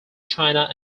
china